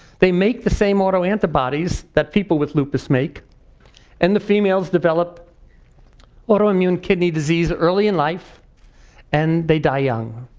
they make the same auto antibodies that people with lupus make and the females develop autoimmune kidney disease early in life and they die young.